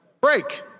Break